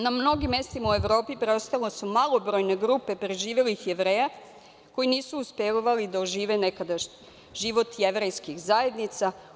Na mnogim mestima u Evropi preostale su malobrojne grupe preživelih Jevreja, koji nisu uspevali da ožive nekada život jevrejskih zajednica.